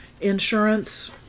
insurance